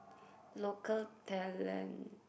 local talent